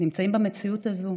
נמצאים במציאות הזאת